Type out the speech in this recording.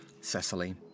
Cecily